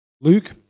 Luke